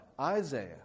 Isaiah